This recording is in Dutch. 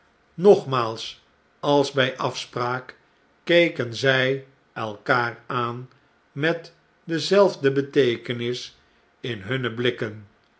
nogmaals als by afspraak keken zj elkaar aan met dezelfde beteekenis in hunne blikken